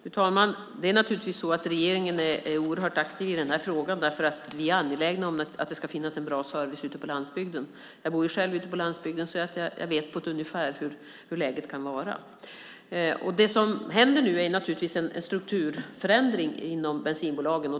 Fru talman! Det är naturligtvis så att regeringen är oerhört aktiv i den här frågan därför att vi är angelägna om att det ska finnas en bra service ute på landsbygden. Jag bor ju själv ute på landsbygden så jag vet på ett ungefär hur läget kan vara. Det som händer nu är naturligtvis en strukturförändring inom bensinbolagen.